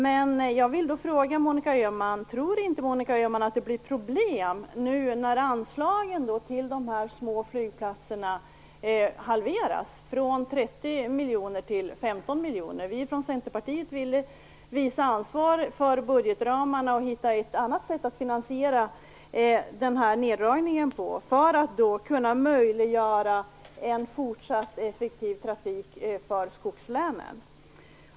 Men jag vill då fråga Monica Öhman: Tror inte Monica Öhman att det blir problem nu när anslagen till de små flygplatserna halveras från 30 miljoner till 15 miljoner? Vi från Centerpartiet vill visa ansvar för budgetramarna och hitta ett annat sätt att finansiera den här neddragningen, för att kunna möjliggöra en fortsatt effektiv trafik i skogslänen.